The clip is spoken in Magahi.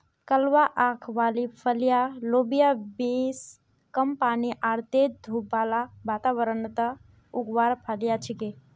कलवा आंख वाली फलियाँ लोबिया बींस कम पानी आर तेज धूप बाला वातावरणत उगवार फलियां छिके